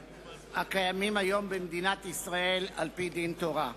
הקיימים היום במדינת ישראל על-פי דין תורה.